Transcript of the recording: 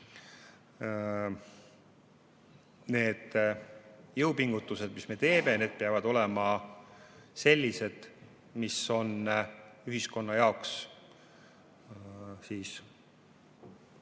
Need jõupingutused, mis me teeme, need peavad olema sellised, mis on ühiskonna jaoks